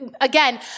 Again